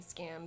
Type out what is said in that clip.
scams